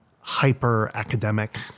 hyper-academic